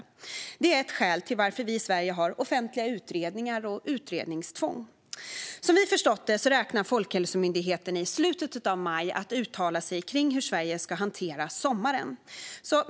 Detta är ett skäl till att vi i Sverige har offentliga utredningar och utredningstvång. Som vi har förstått det räknar Folkhälsomyndigheten med att i slutet av maj uttala sig om hur Sverige ska hantera sommaren.